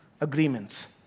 agreements